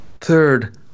Third